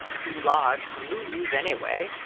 too large to lose anyway,